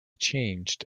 changed